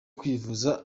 kwivuza